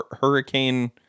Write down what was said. hurricane